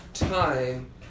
Time